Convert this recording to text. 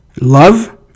Love